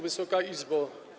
Wysoka Izbo!